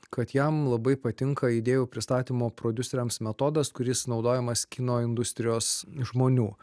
kad jam labai patinka idėjų pristatymo prodiuseriams metodas kuris naudojamas kino industrijos žmonių